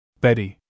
Betty